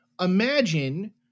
imagine